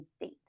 date